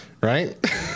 right